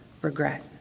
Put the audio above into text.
regret